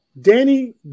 Danny